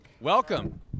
Welcome